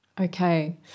Okay